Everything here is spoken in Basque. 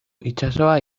itsasoa